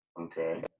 Okay